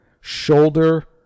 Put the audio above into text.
shoulder